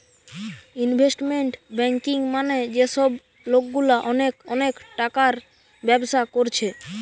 investment banking মানে যে সব লোকগুলা অনেক অনেক টাকার ব্যবসা কোরছে